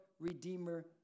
Redeemer